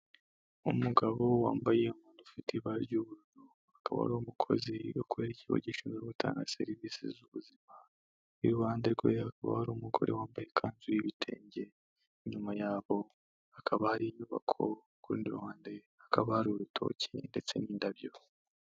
Umugabo wambaye umwenda ufite ibara ry'ubururu, akaba ari umukozi akora ikigo gishinzwe gutanga serivisi z'ubuzima, iruhande rwe hakaba hari umugore wambaye ikanzu y'ibitenge, inyuma ya bo hakaba hari inyubako, ku urundi ruhande hakaba hari urutoki ndetse n'indabyo.